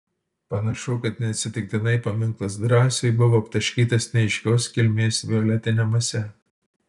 panašu kad neatsitiktinai paminklas drąsiui buvo aptaškytas neaiškios kilmės violetine mase